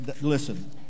Listen